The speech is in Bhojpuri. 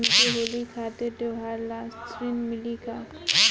हमके होली खातिर त्योहार ला ऋण मिली का?